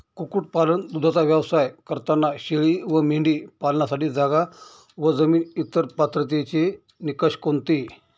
कुक्कुटपालन, दूधाचा व्यवसाय करताना शेळी व मेंढी पालनासाठी जागा, जमीन व इतर पात्रतेचे निकष कोणते?